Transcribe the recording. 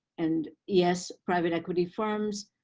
and yes, private equity firms,